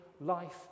life